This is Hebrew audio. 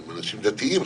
חלקם אנשים דתיים.